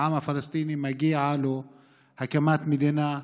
העם הפלסטיני, מגיעה לו הקמת מדינה,